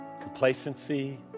Complacency